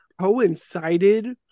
coincided